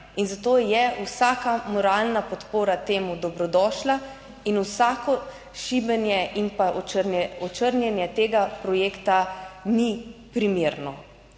In zato je vsaka moralna podpora temu dobrodošla in vsako šibenje in pa očrnjenje tega projekta ni primerno.